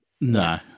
no